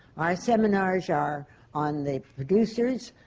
our seminars are on the producers,